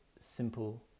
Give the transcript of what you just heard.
simple